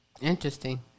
Interesting